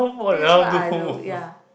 this is what I do ya